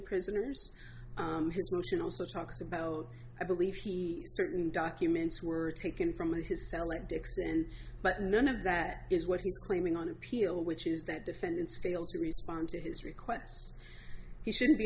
prisoners and also talks about i believe he certain documents were taken from his cell or dixon but none of that is what he's claiming on appeal which is that defendants failed to respond to his requests he shouldn't be